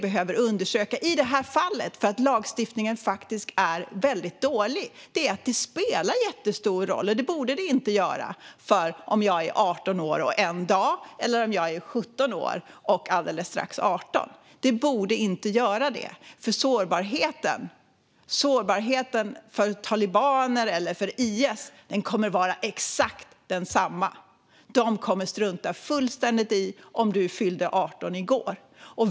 Eftersom lagstiftningen är väldigt dålig spelar det i detta fall jättestor roll om jag är 18 år och 1 dag eller om jag är 17 år men alldeles strax 18. Det borde det inte göra, för sårbarheten när det gäller talibaner eller IS kommer att vara exakt densamma. De kommer att strunta fullständigt i om du fyllde 18 i går.